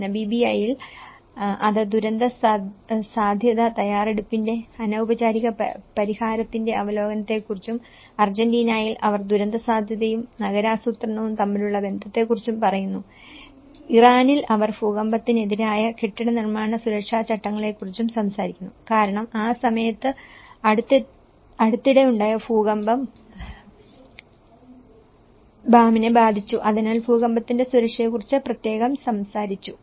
നമീബിയയിൽ അത് ദുരന്തസാധ്യതാ തയ്യാറെടുപ്പിന്റെ അനൌപചാരിക പരിഹാരത്തിന്റെ അവലോകനത്തെക്കുറിച്ചും അർജന്റീനയിൽ അവർ ദുരന്തസാധ്യതയും നഗരാസൂത്രണവും തമ്മിലുള്ള ബന്ധത്തെക്കുറിച്ചും പറയുന്നു ഇറാനിൽ അവർ ഭൂകമ്പത്തിനെതിരായ കെട്ടിട നിർമ്മാണ സുരക്ഷാ ചട്ടങ്ങളെക്കുറിച്ചും സംസാരിക്കുന്നു കാരണം ആ സമയത്ത് അടുത്തിടെയുണ്ടായ ഭൂകമ്പം ബാമിനെ ബാധിച്ചു അതിനാൽ ഭൂകമ്പത്തിന്റെ സുരക്ഷയെക്കുറിച്ച് പ്രത്യേകം സംസാരിച്ചു